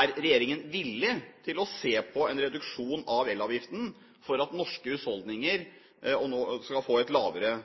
Er regjeringen villig til å se på en reduksjon av elavgiften for at norske husholdninger skal få lavere